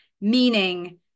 meaning